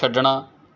ਛੱਡਣਾ